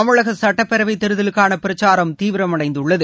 தமிழக சுட்டப்பேரவைத் தேர்தலுக்கான பிரச்சாரம் தீவிரமடைந்துள்ளது